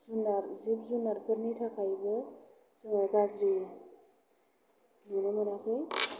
जुनार जिब जुनारफोरनि थाखायबो जोङो गाज्रि नुनो मोनाखै